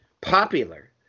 popular